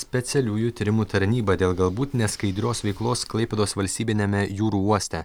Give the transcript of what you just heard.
specialiųjų tyrimų tarnyba dėl galbūt neskaidrios veiklos klaipėdos valstybiniame jūrų uoste